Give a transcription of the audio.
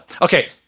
Okay